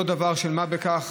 זה לא דבר של מה בכך,